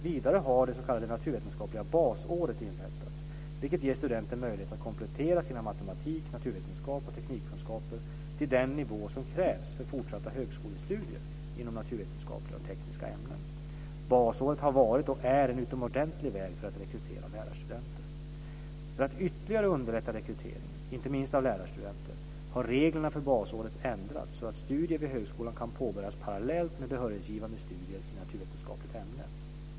Vidare har det s.k. naturvetenskapliga basåret inrättats, vilket ger studenter möjligheter att komplettera sina matematik-, naturvetenskap och teknikkunskaper till den nivå som krävs för fortsatta högskolestudier inom naturvetenskapliga och tekniska ämnen. Basåret har varit och är en utomordentlig väg för att rekrytera lärarstudenter. För att ytterligare underlätta rekryteringen, inte minst av lärarstudenter, har reglerna för basåret ändrats så att studier vid högskolan kan påbörjas parallellt med behörighetsgivande studier i naturvetenskapligt ämne.